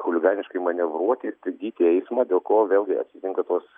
chuliganiškai manevruoti stabdyti eismą dėl ko vėlgi atsitinka tos